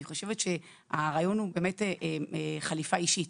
אני חושבת שהרעיון הוא חליפה אישית,